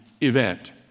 event